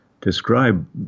describe